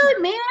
man